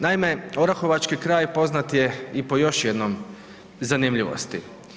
Naime, orahovački kraj poznat je i po još jednom zanimljivosti.